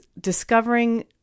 discovering